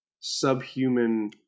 subhuman